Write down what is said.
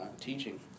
teaching